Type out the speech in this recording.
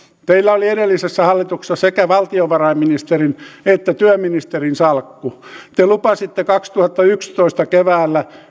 teillä oli edellisessä hallituksessa sekä valtiovarainministerin että työministerin salkku te lupasitte kaksituhattayksitoista keväällä